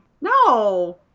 No